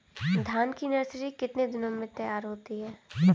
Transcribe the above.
धान की नर्सरी कितने दिनों में तैयार होती है?